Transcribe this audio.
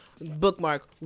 bookmark